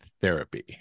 Therapy